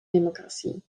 democratie